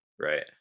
right